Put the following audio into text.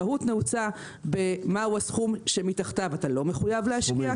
המהות נעוצה בסכום שמתחתיו אתה לא מחויב להשקיע,